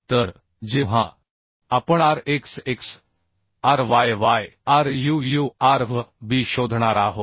तर जेव्हा आपण R x x R y y R u u R V b शोधणार आहोत